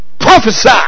Prophesy